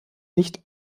nicht